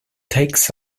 takes